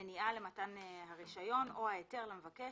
מניעה למתן הרישיון או ההיתר למבקש,